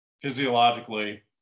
physiologically